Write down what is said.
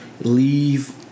leave